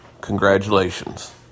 congratulations